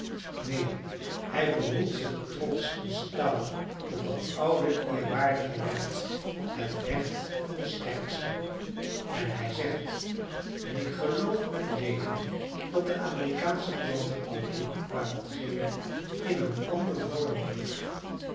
neen hij beroept zich trotsch en stout op dat oude eerwaardige recht het recht van den sterkste en hij zegt en ik geloof met reden dat de amerikaansche planter alleen maar datgene in een anderen vorm doet